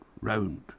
round